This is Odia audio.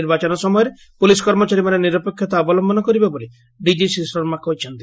ନିର୍ବାଚନ ସମୟରେ ପୁଲିସ କର୍ମଚାରୀମାନେ ନିରପେକ୍ଷତା ଅବଲମ୍ୟନ କରିବେ ବୋଲି ଡିଜି ଶ୍ରୀ ଶର୍ମା କହିଛନ୍ତି